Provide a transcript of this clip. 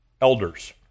elders